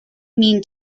mean